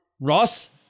Ross